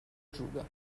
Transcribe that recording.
giuda